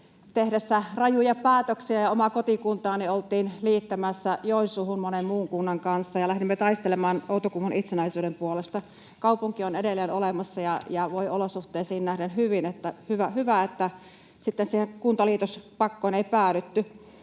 tehdessä rajuja päätöksiä. Omaa kotikuntaani oltiin liittämässä Joensuuhun monen muun kunnan kanssa, ja lähdimme taistelemaan Outokummun itsenäisyyden puolesta. Kaupunki on edelleen olemassa ja voi olosuhteisiin nähden hyvin. Hyvä, että siihen kuntaliitospakkoon ei päädytty.